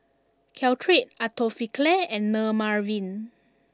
Caltrate Atopiclair and Dermaveen